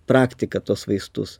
praktiką tuos vaistus